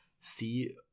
see